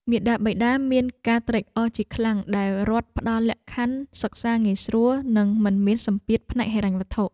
មាតាបិតាមានការត្រេកអរជាខ្លាំងដែលរដ្ឋផ្តល់លក្ខខណ្ឌសិក្សាងាយស្រួលនិងមិនមានសម្ពាធផ្នែកហិរញ្ញវត្ថុ។